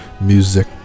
music